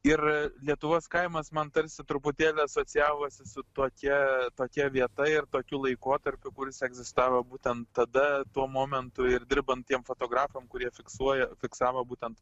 ir lietuvos kaimas man tarsi truputėlį asocijavosi su tokia tokia vieta ir tokiu laikotarpiu kuris egzistavo būtent tada tuo momentu ir dirbant tiem fotografam kurie fiksuoja fiksavo būtent